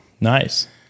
nice